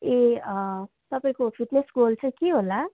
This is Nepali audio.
ए तपाईँको फिटनेस गोल चाहिँ के होला